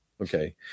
Okay